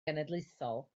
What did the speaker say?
genedlaethol